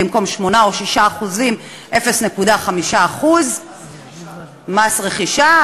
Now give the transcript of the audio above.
במקום 8% או 6% 0.5%; מס רכישה,